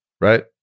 right